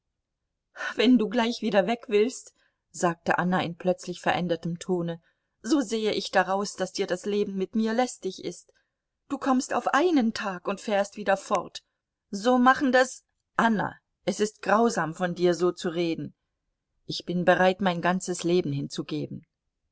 wenn du gleich wieder weg willst sagte anna in plötzlich verändertem tone so sehe ich daraus daß dir das leben mit mir lästig ist du kommst auf einen tag und fährst wieder fort so machen das anna es ist grausam von dir so zu reden ich bin bereit mein ganzes leben hinzugeben